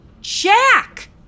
Jack